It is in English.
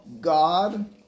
God